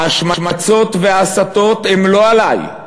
ההשמצות וההסתות הן לא עלי,